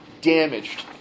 damaged